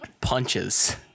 punches